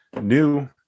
new